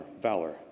valor